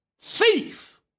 thief